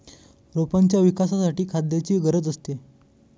रोपांच्या विकासासाठी खाद्याची गरज असते